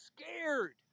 scared